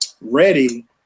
ready